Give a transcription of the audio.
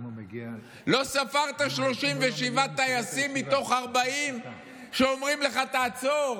לא ספרת 37 טייסים מתוך 40 שאומרים לך: תעצור,